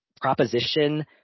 proposition